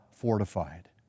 fortified